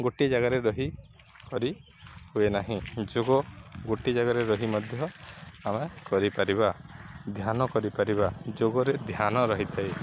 ଗୋଟିଏ ଜାଗାରେ ରହି କରି ହୁଏ ନାହିଁ ଯୋଗ ଗୋଟିଏ ଜାଗାରେ ରହି ମଧ୍ୟ ଆମେ କରିପାରିବା ଧ୍ୟାନ କରିପାରିବା ଯୋଗରେ ଧ୍ୟାନ ରହିଥାଏ